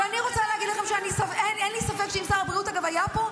ואני רוצה להגיד לכם שאין לי ספק שאם שר הבריאות היה פה,